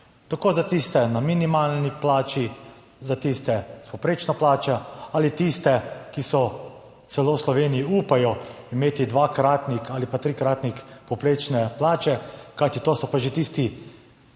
tako za tiste na minimalni plači, za tiste s povprečno plačo ali tiste, ki so celo v Sloveniji upajo imeti dvakratnik ali pa trikratnik povprečne plače, kajti to so pa že tisti